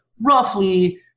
roughly